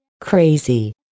Crazy